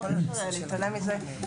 אי אפשר להתעלם מזה.